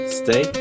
stay